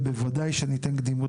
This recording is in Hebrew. ובוודאי שניתן קדימות,